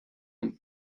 and